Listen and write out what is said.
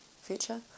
future